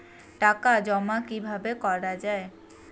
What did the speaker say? টাকা জমা কিভাবে করা য়ায়?